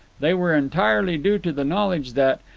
they were entirely due to the knowledge that,